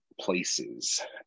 places